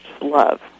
love